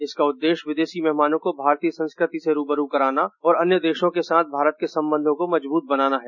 इसका उद्देश्य विदेशी मेहमानों को भारतीय संस्कृति से रूबरू कराना और अन्य देशों के साथ भारत क संबंधों को मजबूत बनाना है